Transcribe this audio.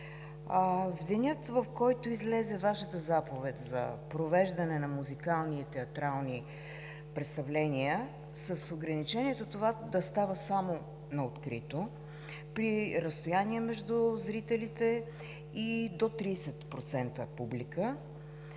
В деня, в който излезе Вашата заповед за провеждане на музикални и театрални представления, с ограничението това да става само на открито, при разстояние между зрителите и до 30% публика,